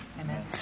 Amen